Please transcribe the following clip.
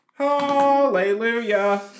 hallelujah